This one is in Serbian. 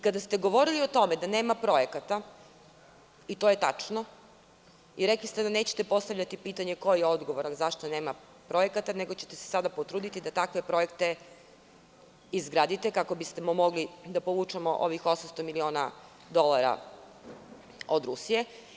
Kada ste govorili o tome da nema projekata i to je tačno, rekli ste da nećete postavljati pitanja – ko je odgovoran zašto nema projekata, nego ćete se sada potruditi da takve projekte izgradite, kako bismo mogli da povučemo ovih 800.000.000 dolara od Rusije.